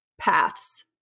paths